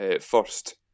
first